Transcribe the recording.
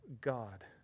god